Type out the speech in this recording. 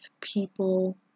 people